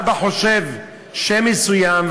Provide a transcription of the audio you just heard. אבא חושב על שם מסוים,